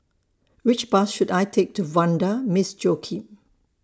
Which Bus should I Take to Vanda Miss Joaquim